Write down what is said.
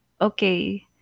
okay